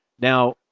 Now